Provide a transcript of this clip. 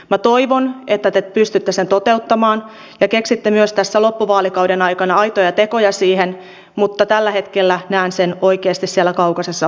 minä toivon että te pystytte sen toteuttamaan ja myös keksitte tässä loppuvaalikauden aikana aitoja tekoja siihen mutta tällä hetkellä näen sen oikeasti siellä kaukaisessa horisontissa